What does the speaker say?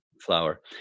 flower